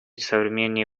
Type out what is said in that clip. современные